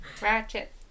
Ratchet